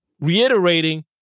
reiterating